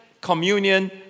communion